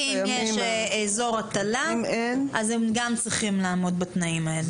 אם יש אזור הטלה, גם הם צריכים לעמוד בתנאים האלה.